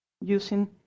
using